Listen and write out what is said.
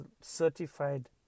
certified